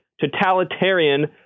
totalitarian